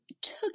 took